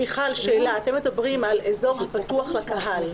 אתם מדברים על אזור הפתוח לקהל.